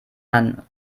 man